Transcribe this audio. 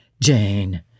Jane